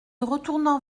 retournant